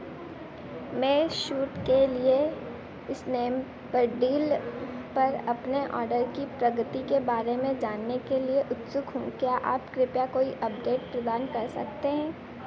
मैं शूट के लिए इस्नेमपडील पर अपने ऑडर की प्रगति के बारे में जानने के लिए उत्सुक हूँ क्या आप कृपया कोई अपडेट प्रदान कर सकते हैं